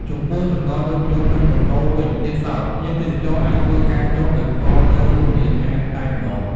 ចំពោះចំណតរថយន្តនិងម៉ូតវិញទៀតសោត ភ្ញៀវទេសចរអាចធ្វើការចតដោយផ្ទាល់នៅរមណីយដ្ឋានតែម្តង ។